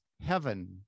heaven